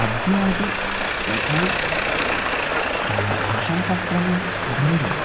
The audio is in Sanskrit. अद्यापि यथा भाषाशास्त्रं पठन्ति